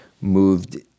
moved